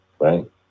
right